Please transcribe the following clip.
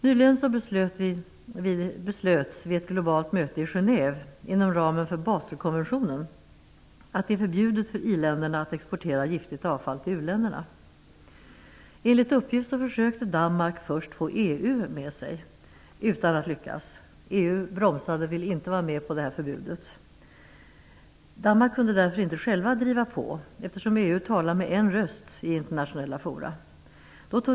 Nyligen beslöts vid ett globalt möte i Genève inom ramen för Baselkonventionen, att det är förbjudet för i-länderna att exportera giftigt avfall till uländerna. Enligt uppgift försökte Danmark först få med sig EU, utan att lyckas. EU bromsade, och man ville inte vara med på det här förbudet. Danskarna kunde inte själva driva på frågan, eftersom EU talar med en röst i internationella forum.